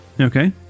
Okay